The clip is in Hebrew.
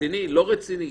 רציני או לא רציני.